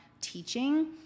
teaching